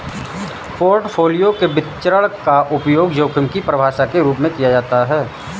portfolio के विचरण का उपयोग जोखिम की परिभाषा के रूप में किया जाता है